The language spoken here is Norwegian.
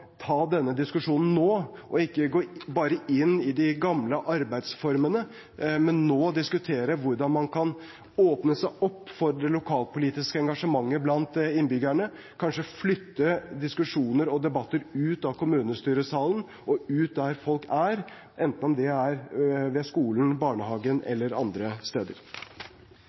ta denne diskusjonen nå – ikke bare gå inn i de gamle arbeidsformene, men nå diskutere hvordan man kan åpne seg opp for det lokalpolitiske engasjementet blant innbyggerne, kanskje flytte diskusjoner og debatter ut av kommunestyresalen og ut der folk er, enten det er ved skolen, barnehagen